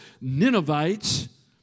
Ninevites